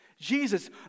Jesus